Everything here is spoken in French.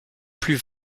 plus